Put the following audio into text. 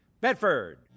Bedford